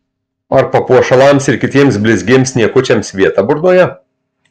ar papuošalams ir kitiems blizgiems niekučiams vieta burnoje